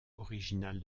original